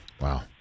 Wow